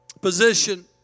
Position